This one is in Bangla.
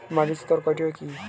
মাটির স্তর কয়টি ও কি কি?